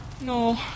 No